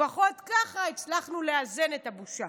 לפחות ככה הצלחנו לאזן את הבושה.